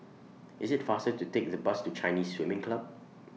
IS IT faster to Take The Bus to Chinese Swimming Club